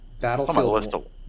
Battlefield